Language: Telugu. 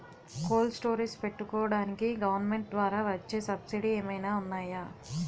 కోల్డ్ స్టోరేజ్ పెట్టుకోడానికి గవర్నమెంట్ ద్వారా వచ్చే సబ్సిడీ ఏమైనా ఉన్నాయా?